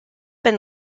been